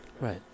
Right